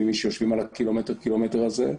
איש שיושבים על הקילומטר-קילומטר הזה,